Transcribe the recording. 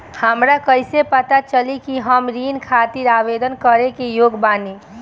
हमरा कईसे पता चली कि हम ऋण खातिर आवेदन करे के योग्य बानी?